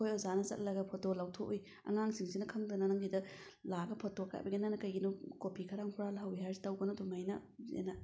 ꯑꯩꯈꯣꯏ ꯑꯣꯖꯥꯅ ꯆꯠꯂꯒ ꯐꯣꯇꯣ ꯂꯧꯊꯣꯛꯎꯏ ꯑꯉꯥꯡꯁꯤꯡꯁꯤꯅ ꯈꯪꯗꯗꯅ ꯅꯪꯒꯤꯗ ꯂꯥꯛꯑꯒ ꯐꯣꯇꯣ ꯀꯥꯞꯄꯒ ꯅꯪꯅ ꯀꯩꯒꯤꯅꯣ ꯀꯣꯄꯤ ꯈꯔ ꯍꯨꯔꯥꯟꯍꯧꯋꯦ ꯍꯥꯏꯔꯤꯁꯦ ꯇꯧꯒꯅꯣ ꯑꯗꯨꯃꯥꯏꯅ ꯑꯅ